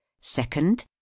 Second